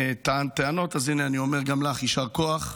טענת טענות, אז הינה אני אומר גם לך "יישר כוח",